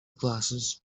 classes